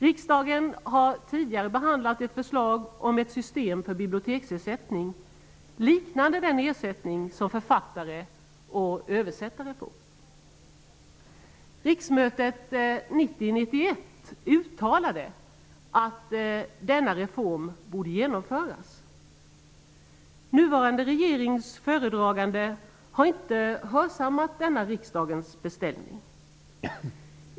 Riksdagen har tidigare behandlat ett förslag om ett system för biblioteksersättning liknande det ersättningssystem som gäller för författare och översättare. Riksmötet 1990/91 uttalade att denna reform borde genomföras. Nuvarande regerings föredragande har inte hörsammat denna beställning från riksdagen.